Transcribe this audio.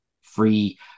free